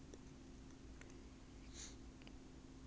if I get married if I get a lawyer boy